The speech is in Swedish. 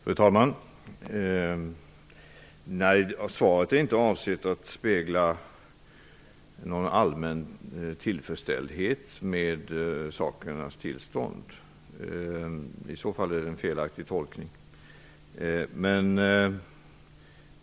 Fru talman! Svaret var inte avsett att spegla någon allmän tillfredsställdhet med sakernas tillstånd. I så fall är det en felaktig tolkning.